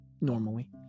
normally